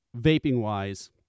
vaping-wise